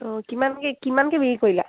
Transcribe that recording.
অ' কিমানকৈ কিমানকৈ বিক্ৰী কৰিলা